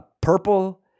purple